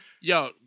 Yo